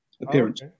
appearance